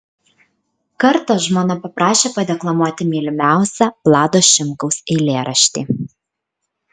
kartą žmona paprašė padeklamuoti mylimiausią vlado šimkaus eilėraštį